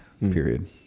period